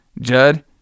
judd